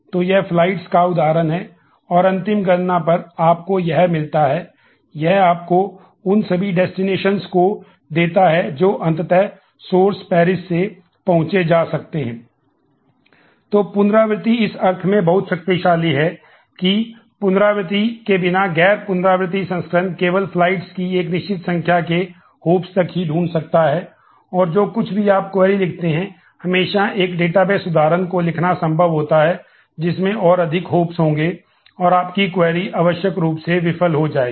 तो पुनरावर्ती इस अर्थ में बहुत शक्तिशाली है कि पुनरावृत्ति के बिना गैर पुनरावर्ती संस्करण केवल फ्लाइट्स आवश्यक रूप से विफल हो जाएगी